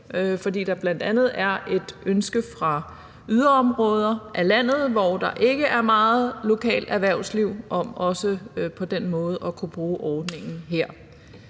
fordi der bl.a. er et ønske fra yderområder i landet, hvor der ikke er meget lokalt erhvervsliv, om også på den måde at kunne bruge ordningen,